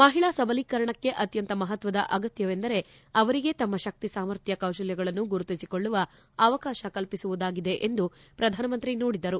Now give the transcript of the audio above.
ಮಹಿಳಾ ಸಬಲೀಕರಣಕ್ಕೆ ಅತ್ಯಂತ ಮಹತ್ವದ ಅಗತ್ಕವೆಂದರೆ ಅವರಿಗೆ ತಮ್ಮ ಶಕ್ತಿ ಸಾಮರ್ಥ್ಯ ಕೌತಲಗಳನ್ನು ಗುರುತಿಸಿಕೊಳ್ಳುವ ಅವಕಾಶ ಕಲ್ಪಿಸುವುದಾಗಿದೆ ಎಂದು ಪ್ರಧಾನಮಂತ್ರಿ ನುಡಿದರು